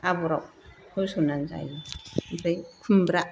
आबराव होसननानै जायो ओमफ्राय खुमब्रा